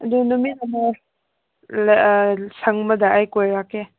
ꯑꯗꯨ ꯅꯨꯃꯤꯠ ꯑꯃ ꯁꯪꯕꯗ ꯑꯩ ꯀꯣꯏꯔꯛꯀꯦ